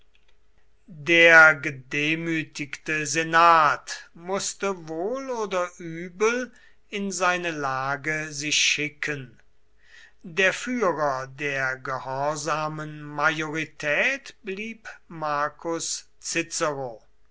der gedemütigte senat mußte wohl oder übel in seine lage sich schicken der führer der gehorsamen majorität blieb marcus cicero